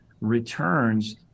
returns